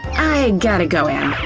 i gotta go em!